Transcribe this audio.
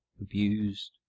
abused